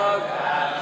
ההצעה להעביר את